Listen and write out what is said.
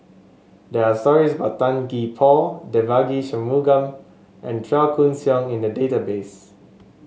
there are stories about Tan Gee Paw Devagi Sanmugam and Chua Koon Siong in the database